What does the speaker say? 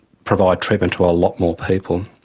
provide treatment to a lot more people.